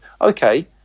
okay